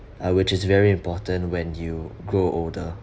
uh which is very important when you grow older